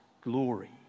glory